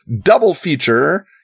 double-feature